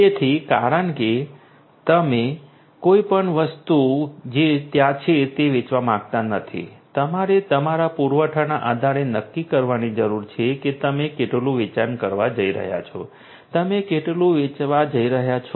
તેથી કારણ કે તમે કોઈ પણ વસ્તુ જે ત્યાં છે તે વેચવા માંગતા નથી તમારે તમારા પુરવઠાના આધારે નક્કી કરવાની જરૂર છે કે તમે કેટલું વેચાણ કરવા જઈ રહ્યા છો તમે કેટલું વેચવા જઈ રહ્યા છો